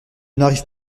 n’arrive